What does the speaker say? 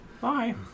Bye